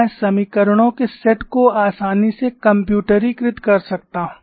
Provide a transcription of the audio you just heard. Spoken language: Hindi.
मैं समीकरणों के सेट को आसानी से कम्प्यूटरीकृत कर सकता हूं